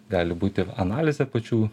gali būt ir analizė pačių